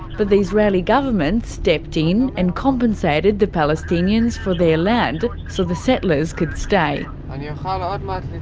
but the israeli government stepped in and compensated the palestinians for their land, so the settlers could stay. um yeah um ah but and